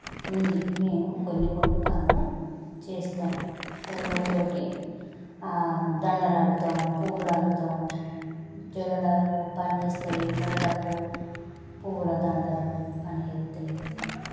ఉంది మేము కొన్ని కొన్ని పనులు చేస్తాం పువ్వులతోటి దండలు అల్లుతాం పువ్వులు అల్లుతాం జడలుకు పనిచేస్తాయి మెడలకు పువ్వుల దండలు పనిచేస్తాయి